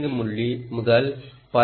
7 முதல் 1